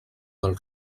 del